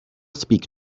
speak